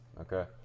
Okay